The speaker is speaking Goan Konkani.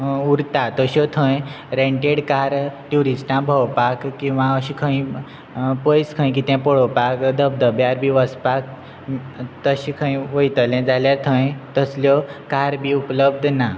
उरता तश्यो थंय रेंटेड कार ट्युरिस्टां भोंवपाक किंवा अशें खंय पयस खंय कितें पळोवपाक धबधब्यार बी वचपाक तशें खंय वयतलें जाल्यार थंय तसल्यो कार बी उपलब्ध ना